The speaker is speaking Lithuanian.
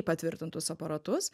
patvirtintus aparatus